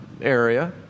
area